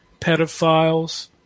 pedophiles